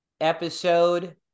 episode